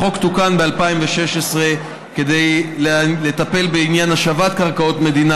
החוק תוקן ב-2016 כדי לטפל בעניין השבת קרקעות מדינה,